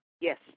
Yes